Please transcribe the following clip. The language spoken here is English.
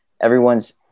everyone's